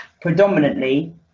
predominantly